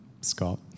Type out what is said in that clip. Scott